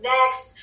Next